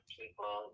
people